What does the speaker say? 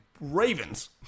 Ravens